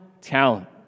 talent